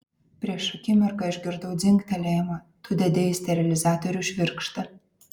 prieš akimirką išgirdau dzingtelėjimą tu dedi į sterilizatorių švirkštą